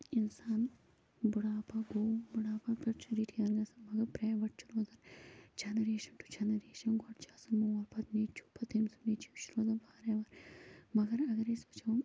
اِنسان بُڑھاپَہ گوٚو بُڑھاپَہ پٮ۪ٹھ چھُ رِٹایر گژھان مگر پرٛایویٹ چھُ روزان جَنریشَن ٹُو جَنریشَن گۄڈٕ چھُ آسان مول پَتہٕ نیٚچیٛوٗ پَتہٕ تٔمۍ سُنٛد نیٚچیٛوٗ یہِ چھُ لَگان واریاہ واریاہ مگر اَگر أسۍ وُچھو